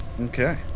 Okay